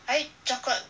I eat chocolate